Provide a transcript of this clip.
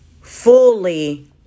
fully